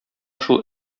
шул